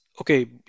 okay